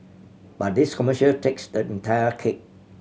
but this commercial takes the entire cake